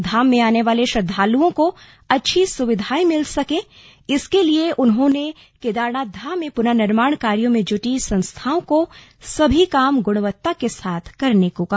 धाम में आने वाले श्रद्वालुओं को अच्छी सुविधांए मिल सकें इसके लिए उन्होंने केदारनाथ धाम में पुर्ननिर्माण कार्यो में जुटी संस्थाओं को सभी काम गुणवत्ता के साथ करने को कहा